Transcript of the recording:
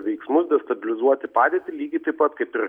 veiksmus destabilizuoti padėtį lygiai taip pat kaip ir